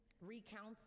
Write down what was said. recounts